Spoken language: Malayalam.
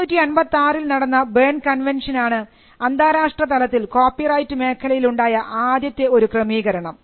1886 നടന്ന ബേൺ കൺവൻഷൻ ആണ് അന്താരാഷ്ട്രതലത്തിൽ കോപ്പിറൈറ്റ് മേഖലയിൽ ഉണ്ടായ ആദ്യത്തെ ഒരു ക്രമീകരണം